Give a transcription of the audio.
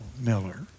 Miller